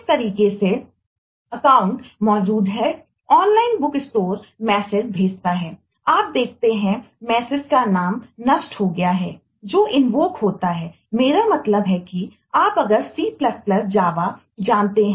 इसी तरीके से अकाउंटकहते हैं